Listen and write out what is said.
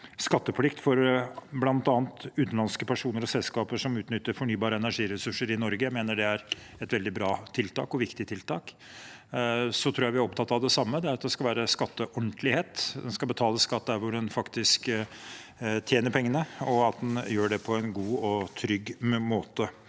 skatteplikt for bl.a. utenlandske personer og selskaper som utnytter fornybare energiressurser i Norge, og jeg mener det er et veldig bra og viktig tiltak. Jeg tror vi er opptatt av det samme, nemlig at det skal være skatteordentlighet, at en skal betale skatt der hvor en faktisk tjener pengene, og at en gjør det på en god og trygg måte.